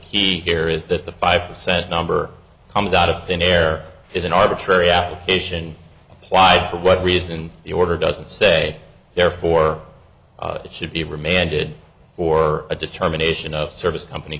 key here is that the five percent number comes out of thin air is an arbitrary application applied for what reason the order doesn't say therefore it should be remanded for a determination of service company